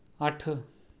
ਅੱਠ